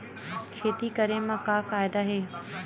खेती करे म का फ़ायदा हे?